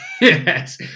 Yes